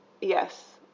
yes